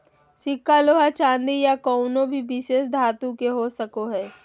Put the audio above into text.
सिक्का लोहा चांदी या कउनो भी विशेष धातु के हो सको हय